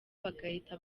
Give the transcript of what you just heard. bagahita